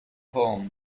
home